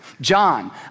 John